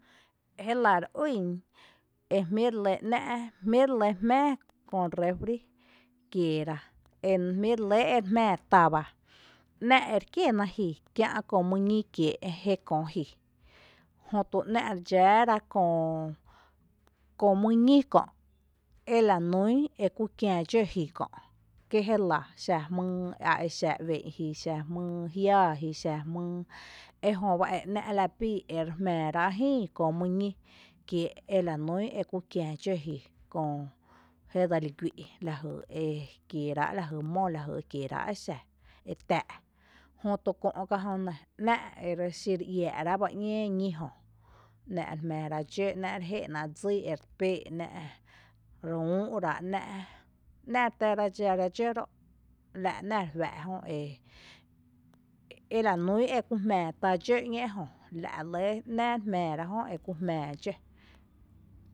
Jé lⱥ re ýn ejmíi’ re lɇ jmⱥⱥ köö réfrí kieera, e jmíí’ erelɇ ere jmⱥⱥ tába, ‘nⱥ´erekiéná ji kiä’ köö mýñí kié’ jékö ji jötu ‘nⱥ´ re dxⱥⱥ köö mýñí kö’ elanún ekú kiä dxǿ ji kö’ kí jélⱥ, xa jmýy aexⱥ u’ɇ’n ji xa jmýy e jiⱥⱥ ji, ejöba e ‘ná’ la bii ere jmⱥⱥrá’ jïï köö mý ñí kiee’ ela nún eku ki¨dxǿ ji köö jedseli guí’ la jy ekieerá’, lajy mó la jy ekieerá’ exa etⱥⱥ’ jötu kö’ ká’ jónɇ ‘nⱥ´ erexí re iⱥⱥ’ ráa’ bá ‘ñée ñíjö, ‘nⱥ´ re jmⱥⱥ ráa’ dxǿ ‘nⱥ´ re jé’ ná’ dsí erepee’ ‘nⱥ´ reüü’ráa’ ‘nⱥ´, ‘nⱥ´ retⱥra dxara dxǿ ro’ la’ ‘nⱥⱥ re juⱥ’ ela nún ekú jmⱥⱥ tá dxǿ ejö, la’ re lɇ e ná’ rejmⱥⱥra jö eku jmⱥⱥ dxǿ.